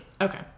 Okay